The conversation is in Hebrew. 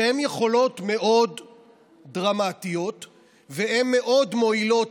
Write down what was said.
שהן יכולות מאוד דרמטיות ומאוד מועילות,